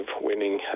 winning